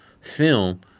film